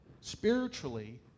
spiritually